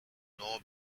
nor